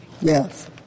Yes